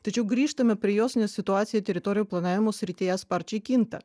tačiau grįžtame prie jos nes situacija teritorijų planavimo srityje sparčiai kinta